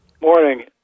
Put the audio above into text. Morning